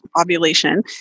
ovulation